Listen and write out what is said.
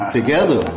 Together